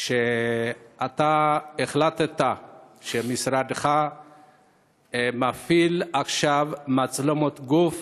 על שהחלטת ומשרדך מפעיל עכשיו מצלמות גוף